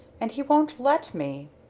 and he won't let me.